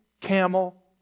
camel